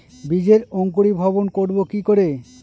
বীজের অঙ্কুরিভবন করব কি করে?